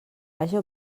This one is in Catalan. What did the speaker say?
haja